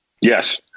Yes